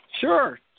Sure